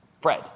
Fred